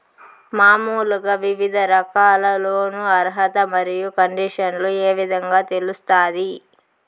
మామూలుగా వివిధ రకాల లోను అర్హత మరియు కండిషన్లు ఏ విధంగా తెలుస్తాది?